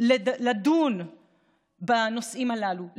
לדון בנושאים הללו,